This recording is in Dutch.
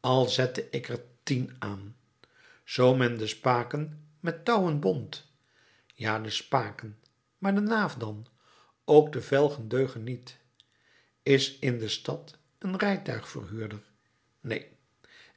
al zette ik er tien aan zoo men de spaken met touwen bond ja de spaken maar de naaf dan ook de velgen deugen niet is in de stad een rijtuig verhuurder neen